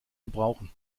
gebrauchen